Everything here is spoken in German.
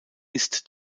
ist